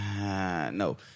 No